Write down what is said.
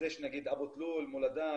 אז יש נגיד אבו תלול --- סייד,